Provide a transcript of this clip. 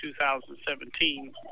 2017